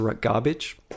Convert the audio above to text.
Garbage